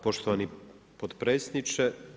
Poštovani potpredsjedniče.